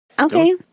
Okay